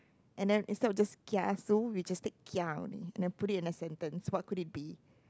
and then instead of just kiasu we just take kia only and then it in a sentence what could it be